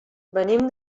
venim